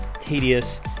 tedious